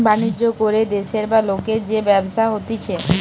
বাণিজ্য করে দেশের বা লোকের যে ব্যবসা হতিছে